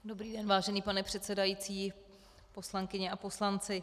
Dobrý den, vážený pane předsedající, poslankyně a poslanci.